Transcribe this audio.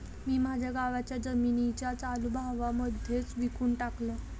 मी माझ्या गावाच्या जमिनीला चालू भावा मध्येच विकून टाकलं